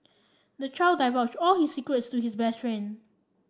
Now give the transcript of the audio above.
the child divulged all his secrets to his best friend